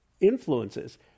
influences